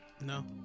No